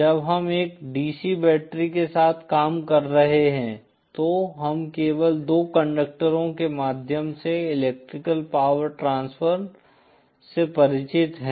जब हम एक DC बैटरी के साथ काम कर रहे हैं तो हम केवल दो कंडक्टरों के माध्यम से इलेक्ट्रिकल पावर ट्रांसफर से परिचित हैं